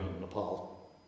Nepal